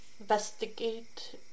investigate